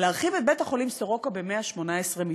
להרחיב את בית-החולים סורוקה ב-118 מיטות.